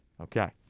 okay